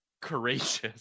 courageous